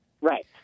Right